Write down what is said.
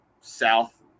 South